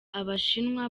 abashinwa